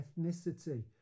ethnicity